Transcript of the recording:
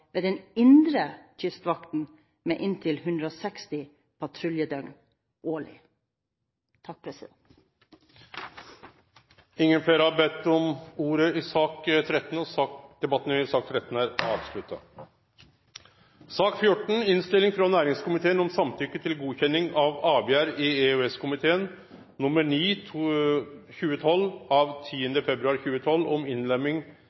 ved den indre Kystvakten med inntil 160 patruljedøgn årlig. Fleire har ikkje bedt om ordet til sak nr. 13. Som saksordfører legger jeg fram innstillingen fra næringskomiteen om samtykke til godkjenning av EØS-komiteens avgivelse om innlemming